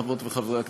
חברות וחברי הכנסת,